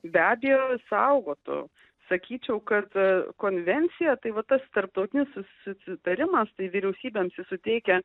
be abejo saugotų sakyčiau kad ta konvencija tai va tas tarptautinis susitarimas tai vyriausybėms suteikia